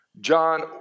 John